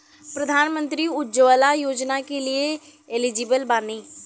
प्रधानमंत्री उज्जवला योजना के लिए एलिजिबल बानी?